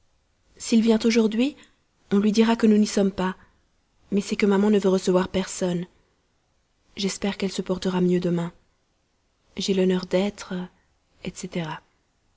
s'il vient aujourd'hui on lui dira que nous n'y sommes pas mais c'est que maman ne veut recevoir personne j'espère qu'elle se portera mieux demain j'ai l'honneur d'être etc